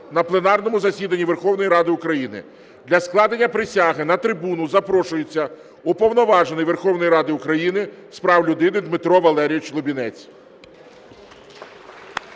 на пленарному засіданні Верховної Ради України. Для складення присяги на трибуну запрошується Уповноважений Верховної Ради України з прав людини Дмитро Валерійович Лубінець.